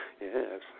Yes